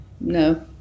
No